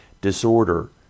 Disorder